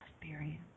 experience